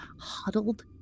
huddled